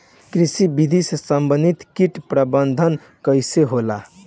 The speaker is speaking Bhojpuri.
कृषि विधि से समन्वित कीट प्रबंधन कइसे होला?